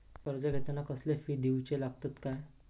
कर्ज घेताना कसले फी दिऊचे लागतत काय?